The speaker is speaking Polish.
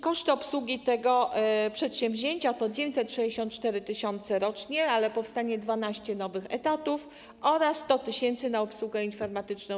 Koszt obsługi tego przedsięwzięcia to 964 tys. rocznie - ale powstanie 12 nowych etatów - oraz 100 tys. rocznie na obsługę informatyczną.